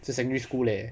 是 secondary school leh